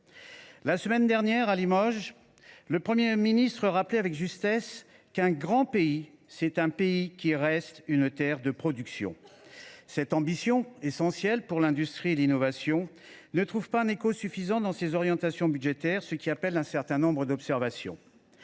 La semaine dernière, à Limoges, le Premier ministre rappelait avec justesse qu’un grand pays, c’est un pays qui reste une terre de production. Cette ambition essentielle pour l’industrie et l’innovation ne trouve pas un écho suffisant dans ces orientations budgétaires, ce qui appelle un certain nombre d’observations.